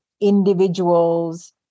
individuals